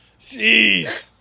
Jeez